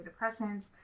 antidepressants